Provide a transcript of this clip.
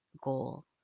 goal